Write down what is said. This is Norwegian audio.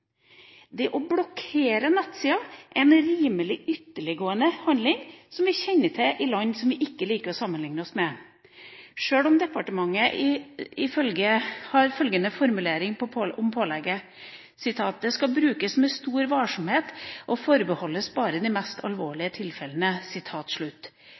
Det å blokkere nettsider er en rimelig ytterliggående handling som vi kjenner fra land vi ikke liker å sammenligne oss med. Departementet har følgende formulering om pålegget: «hjemmelen skal brukes med stor varsomhet og forbeholdes de mer alvorlige tilfellene». Jeg er helt sikker på at kinesiske myndigheter, som jo har praktisert dette i lang tid, også mener at de bare